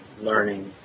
learning